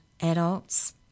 adults